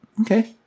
Okay